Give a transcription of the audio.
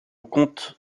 compte